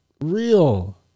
real